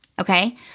Okay